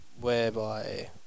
whereby